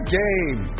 game